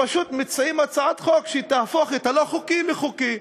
פשוט מציעים הצעת חוק שתהפוך את הלא-חוקי לחוקי.